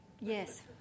Yes